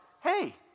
hey